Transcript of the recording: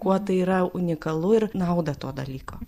kuo tai yra unikalu ir nauda to dalyko